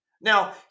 Now